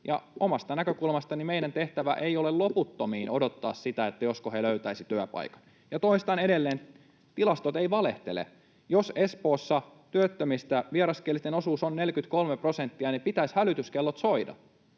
Omasta näkökulmastani meidän tehtävämme ei ole loputtomiin odottaa sitä, josko he löytäisivät työpaikan. Ja toistan edelleen: tilastot eivät valehtele. Jos Espoossa työttömistä vieraskielisten osuus on 43 prosenttia, niin pitäisi hälytyskellojen soida.